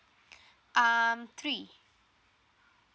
um three